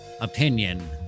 opinion